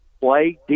play